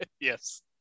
yes